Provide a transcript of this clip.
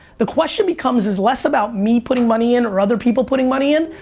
the question becomes is less about me putting money in or other people putting money in,